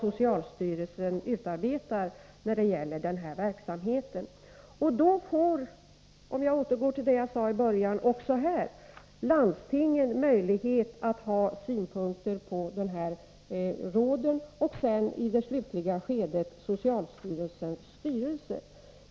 Också när det gäller informationsfrågan får landstingen möjlighet att lämna synpunkter, liksom också, i det slutliga skedet, socialstyrelsens styrelse.